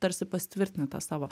tarsi pasitvirtini tą savo